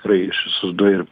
tikrai įsivaizduoju